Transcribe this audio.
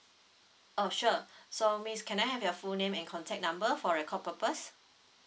uh sure so miss can I have your full name and contact number for record purpose